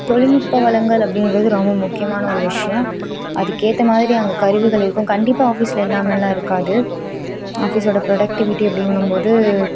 தொழில்நுட்ப வளங்கள் அப்படின்றது ரொம்ப முக்கியமான ஒரு விஷயம் அதுக்கேற்ற மாதிரி அங்க கருவிகள் இருக்கும் கண்டிப்பாக ஆஃபிஸில் இல்லாமலாம் இருக்காது ஆஃபீஸோட ப்ரொடெக்ட்டிவிட்டி அப்டிங்கும் போது